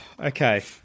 Okay